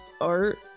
art